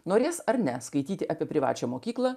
norės ar ne skaityti apie privačią mokyklą